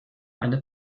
eine